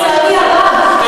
לצערי הרב,